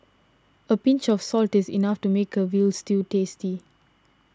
a pinch of salt is enough to make a Veal Stew tasty